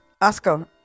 Oscar